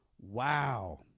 Wow